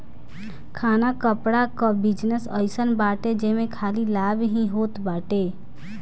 खाना कपड़ा कअ बिजनेस अइसन बाटे जेमे खाली लाभ ही होत बाटे